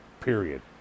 Period